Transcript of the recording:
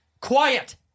quiet